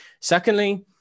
Secondly